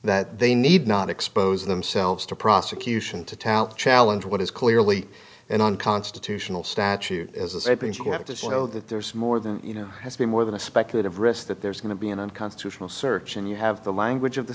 that they need not expose themselves to prosecution to tout challenge what is clearly an unconstitutional statute as i think you have to show that there is more than you know has been more than a speculative risk that there's going to be an unconstitutional search and you have the language of the